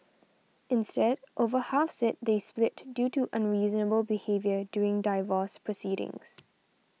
instead over half said they split due to unreasonable behaviour during divorce proceedings